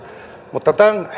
mutta tämän